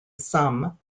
some